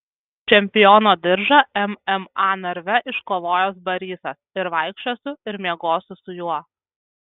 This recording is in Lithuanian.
čempiono diržą mma narve iškovojęs barysas ir vaikščiosiu ir miegosiu su juo